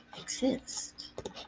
exist